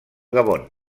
gabon